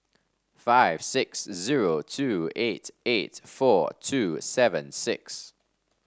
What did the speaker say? five six zero two eight eight four two seven six